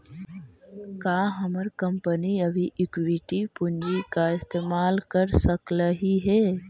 का हमर कंपनी अभी इक्विटी पूंजी का इस्तेमाल कर सकलई हे